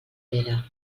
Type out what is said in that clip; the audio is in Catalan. pere